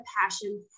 passion